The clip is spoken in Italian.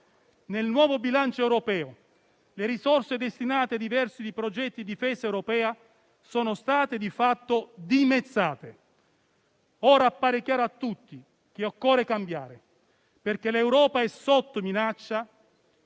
nel nuovo bilancio europeo le risorse destinate ai diversi progetti di difesa europea sono state di fatto dimezzate. Ora appare chiaro a tutti che occorre cambiare, perché l'Europa è sotto minaccia